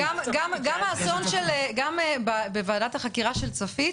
גפני, גם בוועדת החקירה של צפית,